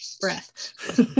breath